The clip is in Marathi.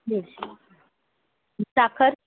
बेस्ट साखर